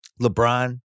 LeBron